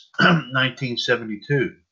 1972